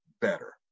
better